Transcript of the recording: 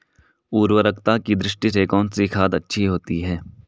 उर्वरकता की दृष्टि से कौनसी खाद अच्छी होती है?